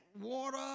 water